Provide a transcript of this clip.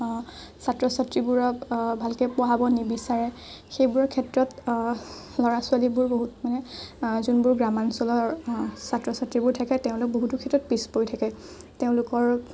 ছাত্ৰ ছাত্ৰীবোৰক ভালকে পঢ়াব নিবিচাৰে সেইবোৰ ক্ষেত্ৰত ল'ৰা ছোৱালীবোৰ বহুত মানে যোনবোৰ গ্ৰাম্যাঞ্চলৰ ছাত্ৰ ছাত্ৰীবোৰ থাকে তেওঁওক বহুতো ক্ষেত্ৰত পিছ পৰি থাকে তেওঁলোকৰ